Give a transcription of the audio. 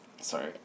sorry